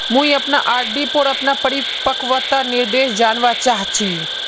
मुई अपना आर.डी पोर अपना परिपक्वता निर्देश जानवा चहची